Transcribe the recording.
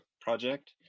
project